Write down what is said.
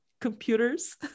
computers